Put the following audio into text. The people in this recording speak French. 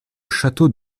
château